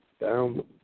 Down